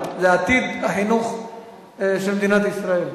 לעתיד החינוך של מדינת ישראל.